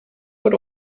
but